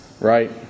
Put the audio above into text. right